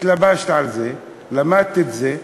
התלבשת על זה, למדת את זה,